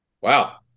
Wow